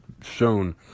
shown